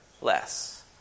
less